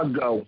go